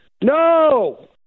no